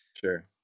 sure